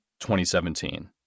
2017